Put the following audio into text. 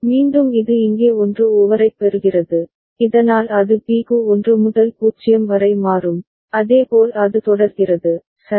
மீண்டும் இது இங்கே 1 ஓவரைப் பெறுகிறது இதனால் அது B க்கு 1 முதல் 0 வரை மாறும் அதேபோல் அது தொடர்கிறது சரி